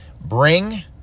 bring